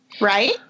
Right